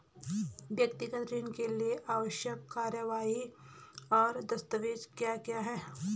व्यक्तिगत ऋण के लिए आवश्यक कार्यवाही और दस्तावेज़ क्या क्या हैं?